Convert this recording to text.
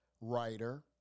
writer